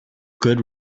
good